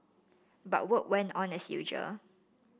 but work went on as usual